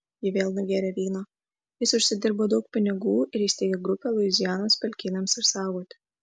ji vėl nugėrė vyno jis užsidirbo daug pinigų ir įsteigė grupę luizianos pelkynams išsaugoti